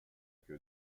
que